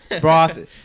broth